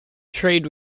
trade